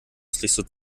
christlich